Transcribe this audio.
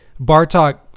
Bartok